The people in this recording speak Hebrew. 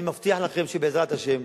אני מבטיח לכם שבעזרת השם,